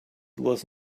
was